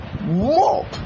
More